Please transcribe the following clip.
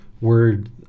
word